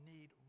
need